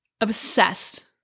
obsessed